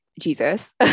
Jesus